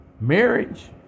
Marriage